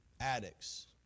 addicts